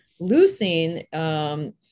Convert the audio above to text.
leucine